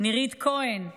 נירית כהן,